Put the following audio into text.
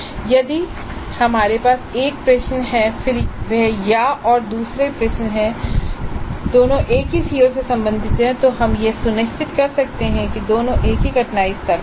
यदि हमारे पास एक प्रश्न है और फिर वह या है और दूसरा प्रश्न है दोनों एक ही CO से संबंधित हैं तो हम यह सुनिश्चित कर सकते हैं कि दोनों एक ही कठिनाई स्तर पर हैं